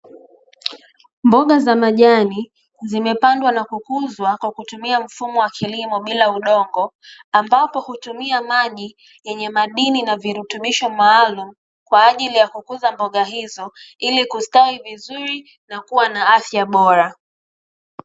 Mboga za majani, zimepandwa na kukuzwa kwa kutumia mfumo wa kilimo bila udongo, ambapo hutumia maji yenye madini na vilutubisho maalumu, kwaajili ya kukuza mboga hizo ilikustawi vizuri na kuwa na afya bora.